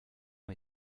ont